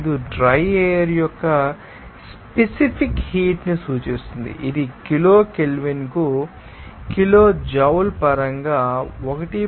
005 dry air యొక్క specific heat ని సూచిస్తుంది ఇది కిలో కెల్విన్కు కిలోజౌల్ పరంగా 1